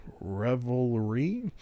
revelry